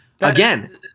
Again